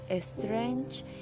strange